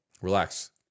Relax